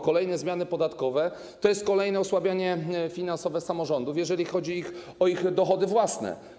Kolejne zmiany podatkowe to jest kolejne osłabianie finansowe samorządów, jeżeli chodzi o ich dochody własne.